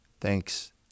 thanks